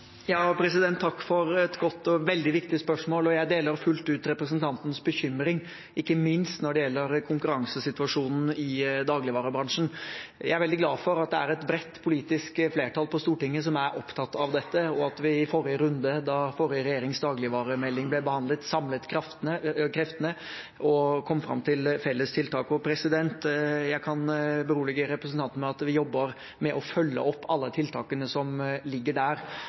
Takk for et godt og veldig viktig spørsmål. Jeg deler fullt ut representantens bekymring, ikke minst når det gjelder konkurransesituasjonen i dagligvarebransjen. Jeg er veldig glad for at det er et bredt politisk flertall på Stortinget som er opptatt av dette, og at vi i forrige runde, da den forrige regjeringens dagligvaremelding ble behandlet, samlet kreftene og kom fram til felles tiltak. Jeg kan berolige representanten med at vi jobber med å følge opp alle tiltakene som ligger